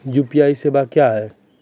UPI सेवा क्या हैं?